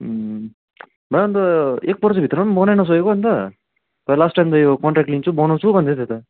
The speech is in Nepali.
ला अन्त एक वर्ष भित्रमा पनि बनाई नसकेको अन्त तर लास्ट टाइम त यो कन्ट्र्याक्ट लिन्छु बनाउँछु भन्दै थियो त